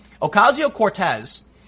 Ocasio-Cortez